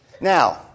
Now